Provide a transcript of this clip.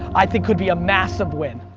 i think could be a massive win.